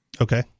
Okay